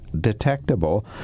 detectable